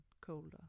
colder